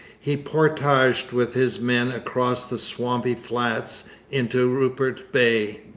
he portaged with his men across the swampy flats into rupert bay,